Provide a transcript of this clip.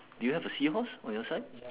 do you have a seahorse on your side